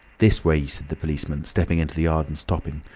this way, said the policeman, stepping into the yard and stopping.